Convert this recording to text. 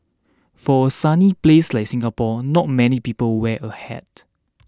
for a sunny place like Singapore not many people wear a hat